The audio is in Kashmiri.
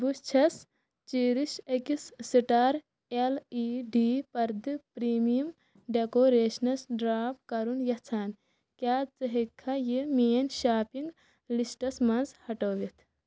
بہٕ چھَس چیٚرِش x star L E D پردٕ پریٖمیم ڈٮ۪کوریشنس ڈراپ کرُن یژھان کیٛاہ ژٕ ہٮ۪کھا یہِ میٲنۍ شاپنگ لسٹس منٛز ہٹٲوِتھ